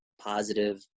positive